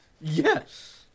yes